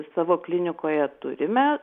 savo klinikoje turime